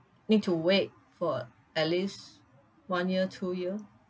need to wait for at least one year to year